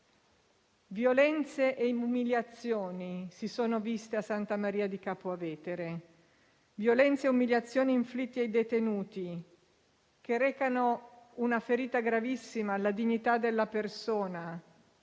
Violenze e umiliazioni si sono viste a Santa Maria Capua Vetere; violenze e umiliazioni inflitte ai detenuti, che recano una ferita gravissima alla dignità della persona,